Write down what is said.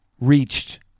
reached